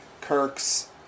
Kirk's